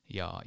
ja